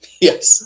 Yes